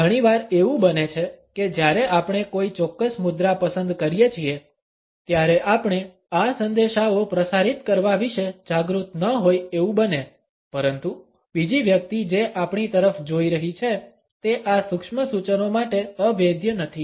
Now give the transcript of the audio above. ઘણીવાર એવું બને છે કે જ્યારે આપણે કોઈ ચોક્કસ મુદ્રા પસંદ કરીએ છીએ ત્યારે આપણે આ સંદેશાઓ પ્રસારિત કરવા વિશે જાગૃત ન હોય એવું બને પરંતુ બીજી વ્યક્તિ જે આપણી તરફ જોઈ રહી છે તે આ સૂક્ષ્મ સૂચનો માટે અભેદ્ય નથી